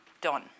done